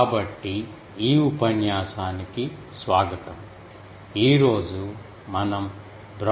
కాబట్టి ఈ ఉపన్యాసానికి స్వాగతం ఈ రోజు మనం బ్రాడ్సైడ్ అర్రే చూస్తాము